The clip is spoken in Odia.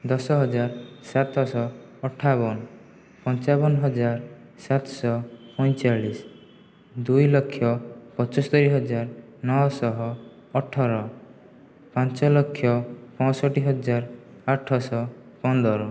ଦଶହଜାର ସାତଶହ ଅଠାବନ ପଞ୍ଚାବନହଜାର ସାତଶହ ପଇଁଚାଳିଶ ଦୁଇଲକ୍ଷ ପଞ୍ଚସ୍ତରିହଜାର ନଅଶହ ଅଠର ପାଞ୍ଚଲକ୍ଷ ପଅଁଷଠିହଜାର ଆଠଶହ ପନ୍ଦର